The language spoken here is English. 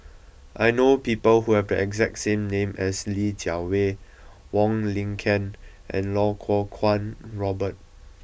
I know people who have the exact name as Li Jiawei Wong Lin Ken and Iau Kuo Kwong Robert